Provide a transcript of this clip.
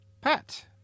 pat